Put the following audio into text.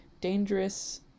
dangerous